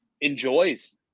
enjoys